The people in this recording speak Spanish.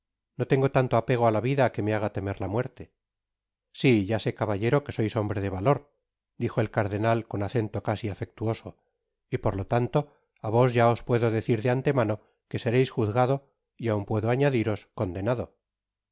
no tengo tanto apego á la vida que me haga temer la muerte si ya sé caballero que sois hombre de valor dijo el cardenal con acento casi afectuoso y por lo tanto á vos ya os puedo decir de antemano que sereis juzgado y aun puedo añadiros condenado